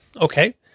okay